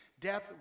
death